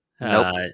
Nope